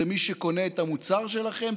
זה מי שקונה את המוצר שלכם,